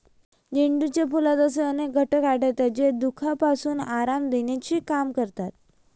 झेंडूच्या फुलात असे अनेक घटक आढळतात, जे दुखण्यापासून आराम देण्याचे काम करतात